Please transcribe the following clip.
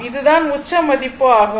இது தான் உச்ச மதிப்பு ஆகும்